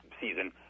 season